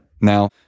Now